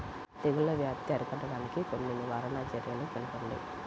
తెగుళ్ల వ్యాప్తి అరికట్టడానికి కొన్ని నివారణ చర్యలు తెలుపండి?